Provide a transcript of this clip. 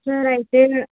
sir అయితే